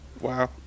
wow